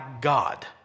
God